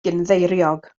gynddeiriog